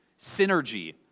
synergy